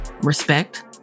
respect